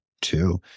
two